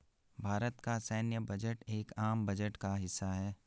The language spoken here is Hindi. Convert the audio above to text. भारत का सैन्य बजट एक आम बजट का हिस्सा है